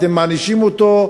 אתם מענישים אותו?